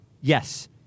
Yes